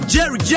Jerry